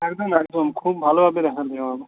একদম একদম খুব ভালো হবে আপনার